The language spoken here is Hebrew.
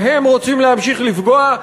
בהם רוצים להמשיך לפגוע,